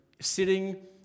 sitting